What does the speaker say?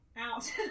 out